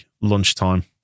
lunchtime